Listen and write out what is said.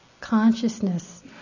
consciousness